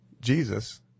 Jesus